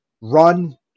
run